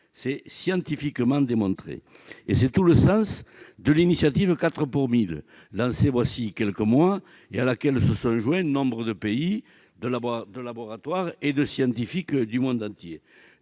c'est scientifiquement démontré. Tel est le sens de l'initiative « 4 pour 1 000 » lancée il y a quelques mois et à laquelle se sont joints nombre de pays, de laboratoires et de scientifiques du monde entier.